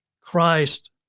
Christ